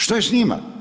Što je s njima?